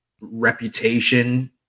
reputation